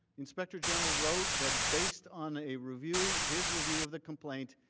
inspector general wrote that based on a review, his review of the complaint,